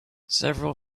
several